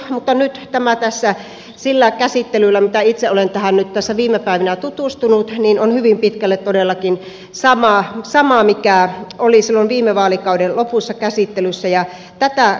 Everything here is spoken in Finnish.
mutta nyt tämä tässä sillä käsittelyllä millä itse olen tähän nyt tässä viime päivinä tutustunut on hyvin pitkälle todellakin sama kuin oli silloin viime vaalikauden lopussa käsittelyssä ja tätä kannatan